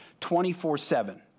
24-7